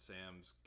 Sam's